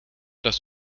das